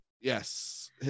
Yes